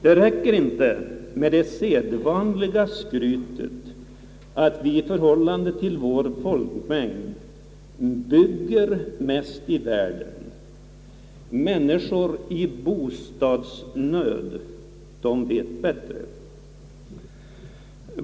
Det räcker inte med det sedvanliga skrytet att vi i förhållande till vår folkmängd bygger mest i världen. Människor i bostadsnöd vet bättre.